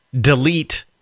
delete